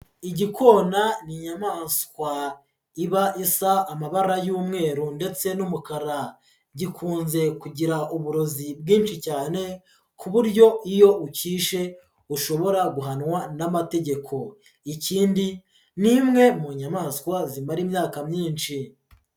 Igikona ni inyamaswa iba isa amabara y'umweru ndetse n'umukara, gikunze kugira uburozi bwinshi cyane ku buryo iyo ukishe ushobora guhanwa n'amategeko ikindi ni imwe mu nyamaswa zimara imyaka myinshi.